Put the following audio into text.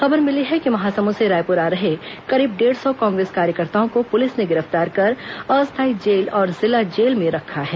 खबर मिली है कि महासमुद से रायपुर आ रहे करीब डेढ़ सौ कांग्रेस कार्यकर्ताओं को पुलिस ने गिरफ्तार कर अस्थायी जेल और जिला जेल में रखा है